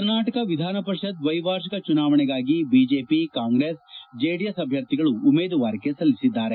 ಕರ್ನಾಟಕ ವಿಧಾನಪರಿಷತ್ ದ್ವೈವಾರ್ಷಿಕ ಚುನಾವಣೆಗಾಗಿ BJP Congress JDS ಅಭ್ಯರ್ಥಿಗಳು ಉಮೇದುವಾರಿಕೆ ಸಲ್ಲಿಸಿದ್ದಾರೆ